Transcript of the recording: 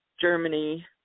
Germany